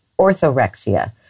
orthorexia